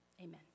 Amen